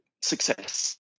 Success